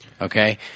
Okay